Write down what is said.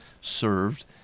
served